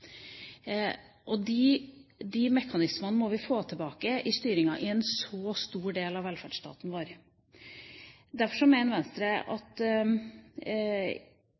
jobb. De mekanismene må vi få tilbake i styringen av en så stor del av velferdsstaten vår. Derfor mener Venstre at